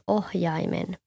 ohjaimen